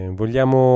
vogliamo